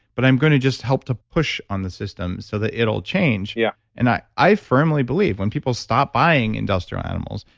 but i'm going to just help to push on the system, so that it'll change. yeah and i i firmly believe when people stop buying industrial animals,